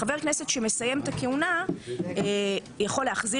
חבר הכנסת שמסיים את הכהונה יכול להחזיר